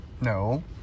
no